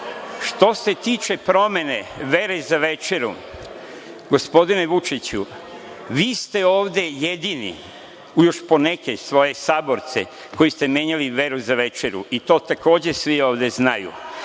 se tiče promene vere za večeru, gospodine Vučiću, vi ste ovde jedini, uz poneke svoje saborce, koji ste menjali veru za večeru, i to takođe svi ovde znaju.